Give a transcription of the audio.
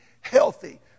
healthy